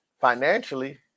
financially